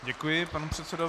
Děkuji panu předsedovi.